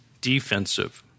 defensive